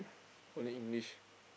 only English